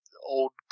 Old